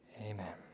amen